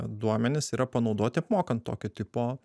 duomenys yra panaudoti apmokant tokio tipo